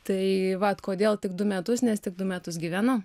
tai vat kodėl tik du metus nes tik du metus gyvenu